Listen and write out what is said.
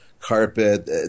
carpet